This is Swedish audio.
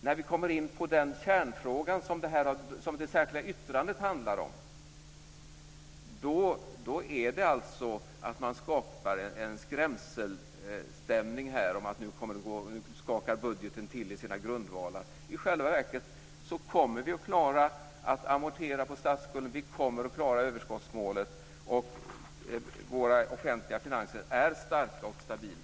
När vi kommer in på kärnfrågan som det särskilda yttrandet handlar om, skapar man en skrämselstämning här och säger att nu skakar budgeten till i sina grundvalar. I själva verket kommer vi att klara att amortera på statsskulden. Vi kommer att klara överskottsmålet. Våra offentliga finanser är starka och stabila.